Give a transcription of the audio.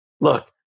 look